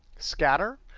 scatter.